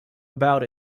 about